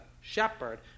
shepherd